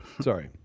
Sorry